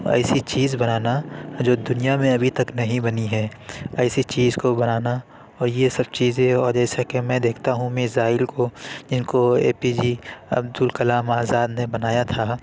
ایسی چیز بنانا جو دنیا میں ابھی تک نہیں بنی ہے ایسی چیز کو بنانا اور یہ سب چیزیں اور جیسا کہ میں دیکھتا ہوں میزائل کو جن کو A P J Abdul Kalam Azad نے بنایا تھا